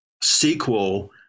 sequel